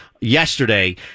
yesterday